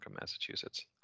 massachusetts